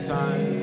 time